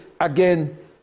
again